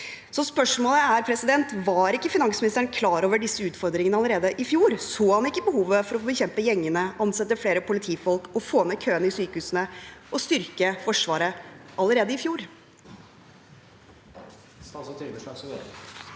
Spørsmålet er: Var ikke finansministeren klar over disse utfordringene allerede i fjor? Så han ikke behovet for å bekjempe gjengene, ansette flere politifolk, få ned køene i sykehusene og styrke Forsvaret allerede i fjor? Statsråd Trygve Slagsvold